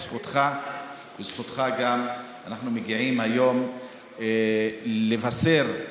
בזכותך אנחנו מגיעים היום לבשר.